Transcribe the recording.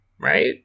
right